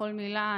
כל מילה,